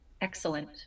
Excellent